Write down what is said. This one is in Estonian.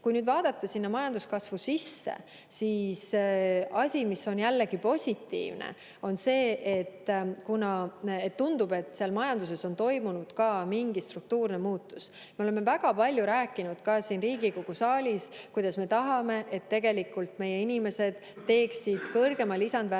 Kui vaadata majanduskasvu sisse, siis positiivne on see, et tundub, et majanduses on toimunud ka mingi struktuurne muutus. Me oleme väga palju rääkinud ka siin Riigikogu saalis, kui väga me tahame, et tegelikult meie inimesed teeksid kõrgema lisandväärtusega